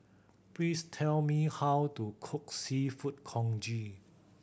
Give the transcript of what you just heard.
please tell me how to cook Seafood Congee